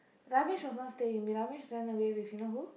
Ramesh was not staying with me Ramesh run away with you know who